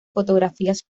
fotografías